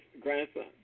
grandson